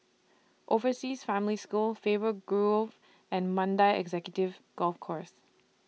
Overseas Family School Faber Grove and Mandai Executive Golf Course